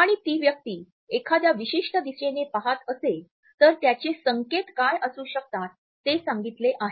आणि ती व्यक्ती एखाद्या विशिष्ट दिशेने पहात असेल तर त्याचे संकेत काय असू शकतात ते सांगितले आहे